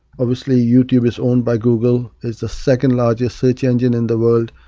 obviously youtube is owned by google, it's the second largest search engine in the world.